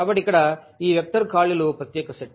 కాబట్టి ఇక్కడ ఈ వెక్టర్ ఖాళీలు ప్రత్యేక సెట్